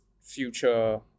future